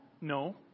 No